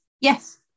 yes